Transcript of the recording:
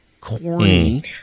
corny